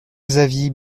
xavier